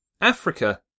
Africa